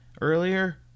earlier